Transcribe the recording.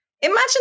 Imagine